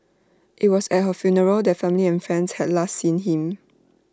IT was at her funeral that family and friends had last seen him